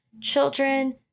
children